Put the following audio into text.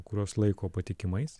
kuriuos laiko patikimais